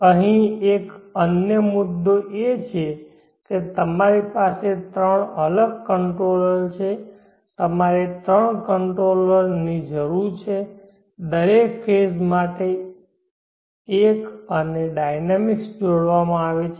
અહીં એક અન્ય મુદ્દો એ છે કે તમારી પાસે 3 અલગ કંટ્રોલર છે તમારે 3 કંટ્રોલર ની જરૂર છે દરેક ફેઝ માટે એક અને ડાયનેમિક્સ જોડવામાં આવે છે